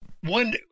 one